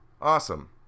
awesome